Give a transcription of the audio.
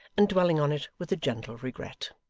and dwelling on it with a gentle regret.